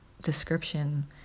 description